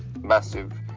massive